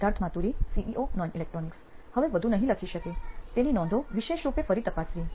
Siddharth Maturi CEO નોઇન electronics હવે વધુ નહિ લખી શકે તેની નોંધો વિશેષ રૂપે ફરી તપસાવી